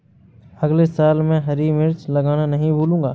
अगले साल मैं हरी मिर्च लगाना नही भूलूंगा